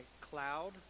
cloud